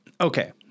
okay